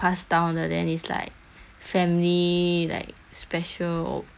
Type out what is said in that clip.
family like special or like this kind of thing